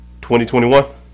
2021